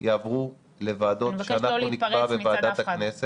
יעברו לוועדות שאנחנו נקבע בוועדת הכנסת.